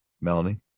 melanie